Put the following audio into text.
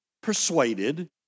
persuaded